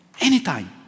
Anytime